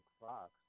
Fox